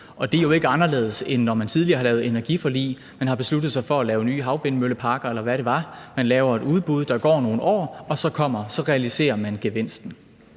det er jo ikke anderledes, end når man tidligere har lavet energiforlig, og man har besluttet sig for at lave nye havvindmølleparker, eller hvad det var: Man laver et udbud, der går nogle år, og så realiserer man gevinsten.